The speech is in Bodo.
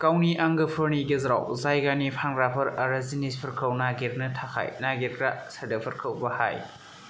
गावनि आंगोफोरनि गेजेराव जायगानि फानग्राफोर आरो जिनिसफोरखौ नागिरनो थाखाय नागिरग्रा सोदोबफोरखौ बाहाय